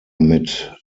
mit